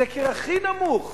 הכי נמוך,